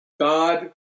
God